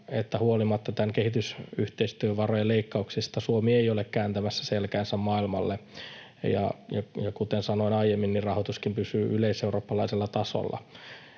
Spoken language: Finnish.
huolimatta kehitysyhteistyövarojen leikkauksista, Suomi ei ole kääntämässä selkäänsä maailmalle, ja kuten sanoin aiemmin, niin rahoituskin pysyy yleiseurooppalaisella tasolla.